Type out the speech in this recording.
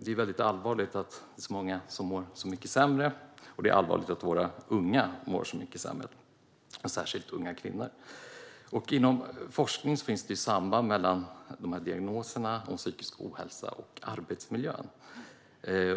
Det är allvarligt att det är så många som mår så mycket sämre, och det är allvarligt att våra unga - särskilt unga kvinnor - mår så mycket sämre. Enligt forskningen finns det samband mellan diagnosen psykisk ohälsa och arbetsmiljön. Vi